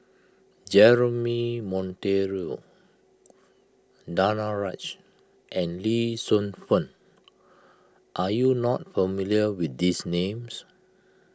Jeremy Monteiro Danaraj and Lee Shu Fen are you not familiar with these names